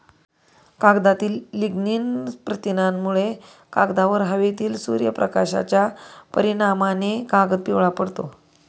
कागदातील लिग्निन प्रथिनांमुळे, कागदावर हवेतील सूर्यप्रकाशाच्या परिणामाने कागद पिवळा पडतो